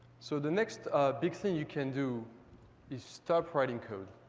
so the next big thing you can do is stop writing code.